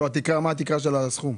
לא התקרה, מה התקרה של הסכום?